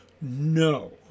No